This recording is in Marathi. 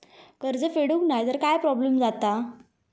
कर्ज फेडूक नाय तर काय प्रोब्लेम जाता?